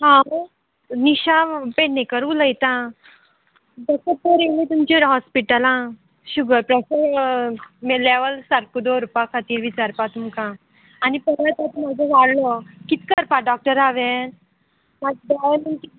हांव निशा पेडणेकर उलयतां डॉक्टर पयर येयल्लें तुमच्या हॉस्पिटलां शुगर प्रेशर लेवल सारको दवरपा खातीर विचारपा तुमकां आनी परत आतां म्हाजो वाडलो कित करपाक डॉक्टर हांवेंन